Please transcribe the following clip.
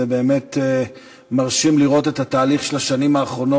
זה באמת מרשים לראות את התהליך של השנים האחרונות,